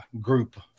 group